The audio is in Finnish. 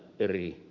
puhemies